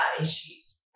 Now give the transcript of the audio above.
issues